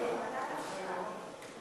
ועדת החוקה.